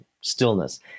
stillness